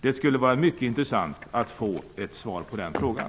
Det skulle vara mycket intressant att få svar på den frågan.